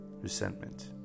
resentment